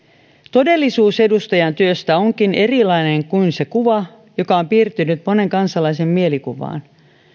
todellisuus edustajan työstä onkin erilainen kuin se kuva joka on piirtynyt monen kansalaisen mielikuvaan